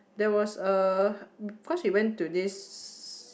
there was a cause we went to this